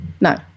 no